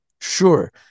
sure